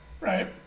right